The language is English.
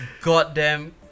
goddamn